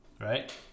Right